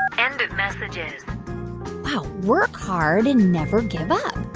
and of messages wow. work hard and never give up.